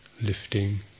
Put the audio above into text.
lifting